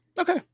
Okay